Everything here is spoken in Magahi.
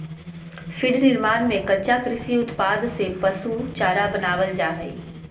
फीड निर्माण में कच्चा कृषि उत्पाद से पशु चारा बनावल जा हइ